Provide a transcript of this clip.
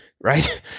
right